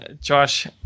Josh